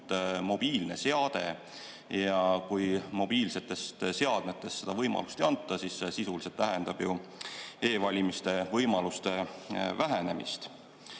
mobiilne seade, ja kui mobiilsetest seadmetest hääletamise võimalust ei anta, siis see sisuliselt tähendab ju e-valimise võimaluste vähenemist.